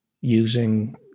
using